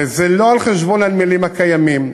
וזה לא על חשבון הנמלים הקיימים,